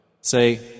Say